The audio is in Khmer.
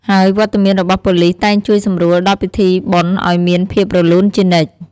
ហើយវត្តមានរបស់ប៉ូលីសតែងជួយសម្រួលដល់ពិធីបុណ្យឲ្យមានភាពរលូនជានិច្ច។